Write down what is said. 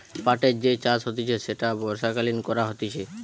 পাটের যে চাষ হতিছে সেটা বর্ষাকালীন করা হতিছে